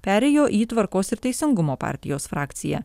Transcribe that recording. perėjo į tvarkos ir teisingumo partijos frakciją